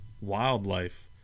wildlife